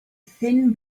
thin